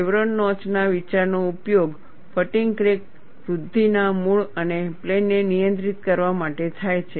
chevron નોચના વિચારનો ઉપયોગ ફટીગ ક્રેક વૃદ્ધિના મૂળ અને પ્લેનને નિયંત્રિત કરવા માટે થાય છે